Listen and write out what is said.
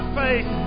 faith